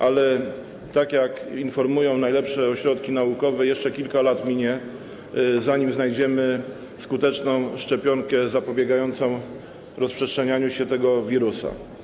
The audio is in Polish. Ale tak jak informują najlepsze ośrodki naukowe, jeszcze kilka lat minie, zanim znajdziemy skuteczną szczepionkę zapobiegającą rozprzestrzenianiu się tego wirusa.